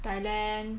thailand